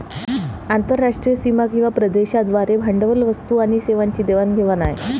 आंतरराष्ट्रीय सीमा किंवा प्रदेशांद्वारे भांडवल, वस्तू आणि सेवांची देवाण घेवाण आहे